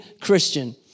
Christian